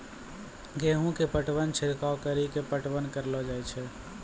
गेहूँ के पटवन छिड़काव कड़ी के पटवन करलो जाय?